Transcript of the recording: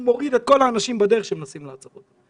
מוריד את כל האנשים בדרך שמנסים לעצור אותו.